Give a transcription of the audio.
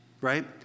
right